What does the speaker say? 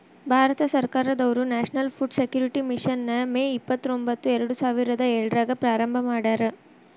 ಭಾರತ ಸರ್ಕಾರದವ್ರು national food security mission ನ May ಇಪ್ಪತ್ರೊಂಬತ್ತು ಎರಡುಸಾವಿರದ ಏಳ್ರಾಗ ಪ್ರಾರಂಭ ಮಾಡ್ಯಾರ